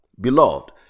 Beloved